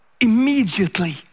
Immediately